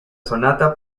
sonata